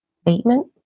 statement